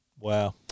Wow